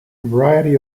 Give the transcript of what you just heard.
variety